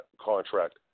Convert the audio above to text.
contract